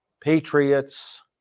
patriots